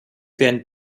werden